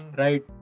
right